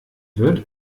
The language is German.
wird